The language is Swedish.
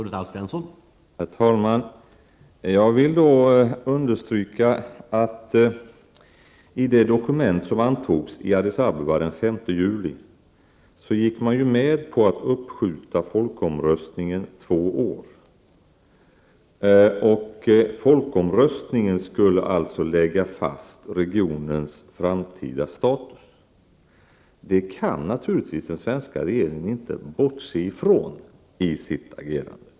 Herr talman! Jag vill understryka att man i det dokument som antogs i Addis Abeba den 5 juli gick med på att uppskjuta folkomröstningen två år. Genom folkomröstningen skulle alltså regionens framtida status läggas fast. Det kan naturligtvis den svenska regeringen inte bortse från vid sitt agerande.